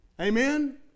Amen